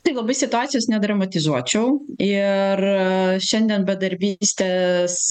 tai labai situacijos nedramatizuojčiau ir a šiandien bedarbystės